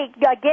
get